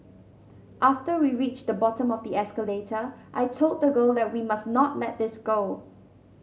after we reached the bottom of the escalator I told the girl that we must not let this go